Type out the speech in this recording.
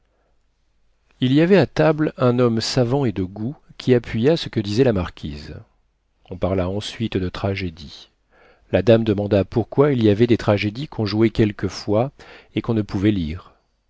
il y avait à table un homme savant et de goût qui appuya ce que disait la marquise on parla ensuite de tragédies la dame demanda pourquoi il y avait des tragédies qu'on jouait quelquefois et qu'on ne pouvait lire